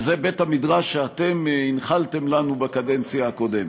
וזה בית-המדרש שאתם הנחלתם לנו בקדנציה הקודמת.